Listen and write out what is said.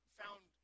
found